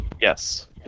Yes